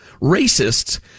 racists